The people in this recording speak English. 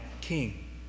king